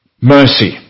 mercy